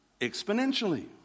exponentially